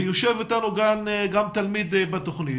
יושב איתנו כאן תלמיד בתוכנית,